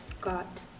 got